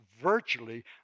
virtually